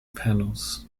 panels